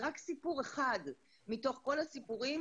זה רק סיפור אחד מתוך כל הסיפורים.